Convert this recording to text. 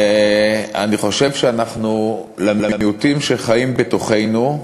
אני חושב שלמיעוטים שחיים בתוכנו,